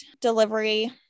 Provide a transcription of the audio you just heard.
delivery